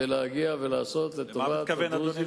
ולהגיע ולעשות לטובת הדרוזים.